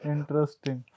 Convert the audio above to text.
Interesting